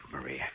Maria